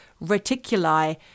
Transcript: Reticuli